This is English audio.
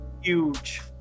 huge